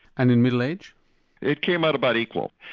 and in middle-age? it came out about equal.